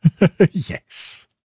yes